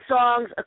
songs